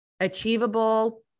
Achievable